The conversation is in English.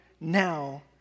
now